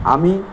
আমি